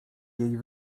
jej